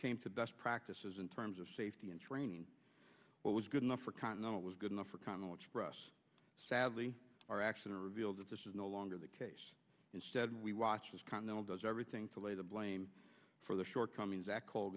came to best practices in terms of safety and training what was good enough for continental was good enough for connell express sadly our action reveals that this is no longer the case instead we watched as continental does everything to lay the blame for the shortcomings at col